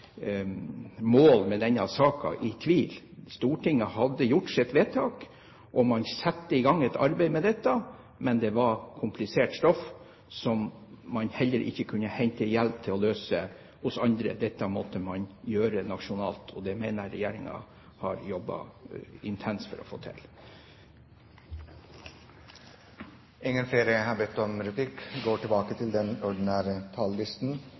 mål i denne saken i tvil. Stortinget hadde gjort sitt vedtak, og man satte i gang et arbeid med dette, men det var komplisert stoff, det var problemer som man heller ikke kunne hente hjelp til å løse hos andre. Dette måtte man gjøre nasjonalt. Det mener jeg regjeringen har jobbet intenst med å få til.